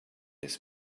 his